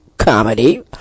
comedy